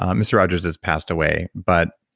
um mr. rogers has passed away. but,